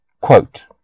Quote